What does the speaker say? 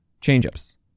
changeups